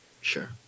Sure